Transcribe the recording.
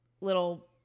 little